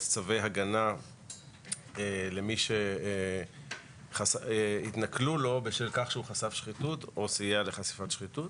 צווי הגנה למי שהתנכלו לו בשל כך שהוא חשף שחיתות או סייע בחשיפת שחיתות.